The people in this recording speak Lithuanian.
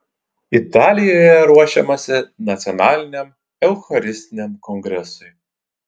italijoje ruošiamasi nacionaliniam eucharistiniam kongresui